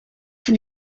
can